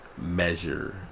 measure